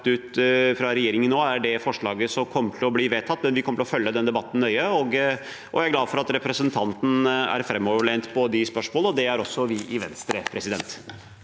ut fra regjeringen nå, er det forslaget som kommer til å bli vedtatt, men vi kommer til å følge denne debatten nøye. Jeg er glad for at representanten er framoverlent på de spørsmålene, og det er også vi i Venstre. Presidenten